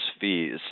fees